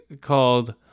called